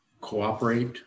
cooperate